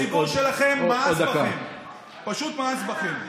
הציבור שלכם מאס בכם.